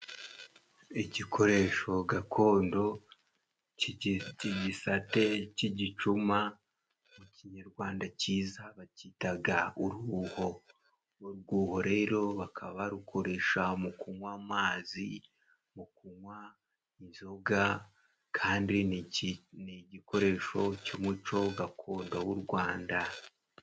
Igikoresho gakondo cy'igisate cy'igicuma, mu kinyarwanda cyiza bakitaga uruho. Urwuho rero bakaba barukoresha mu kunywa amazi, mu kunywa inzoga, kandi ni ki ni igikoresho cy'umuco gakondo w'u Rwanda.